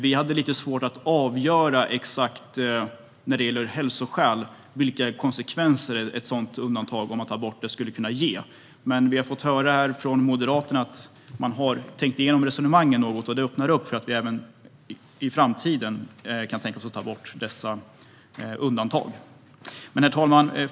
Vi hade dock lite svårt att avgöra vilka konsekvenser ett sådant borttagande skulle kunna få vad gäller hälsoskäl. Men vi har fått höra från Moderaterna att de har tänkt igenom resonemangen något, vilket öppnar för att vi i framtiden kan tänka oss att ta bort även dessa undantag. Herr talman!